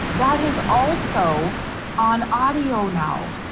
that is also on audio now,